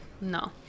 no